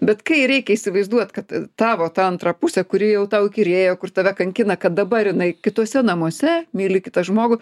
bet kai reikia įsivaizduot kad tavo ta antra pusė kuri jau tau įkyrėjo kur tave kankina kad dabar jinai kituose namuose myli kitą žmogų